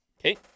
Okay